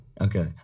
Okay